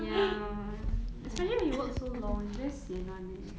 ya especially when you work so long it's very sian [one] eh